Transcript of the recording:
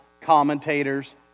commentators